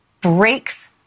breaks